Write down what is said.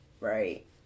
right